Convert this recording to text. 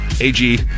AG